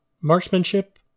Marksmanship